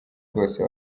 rwose